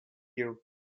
you